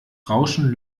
rauschen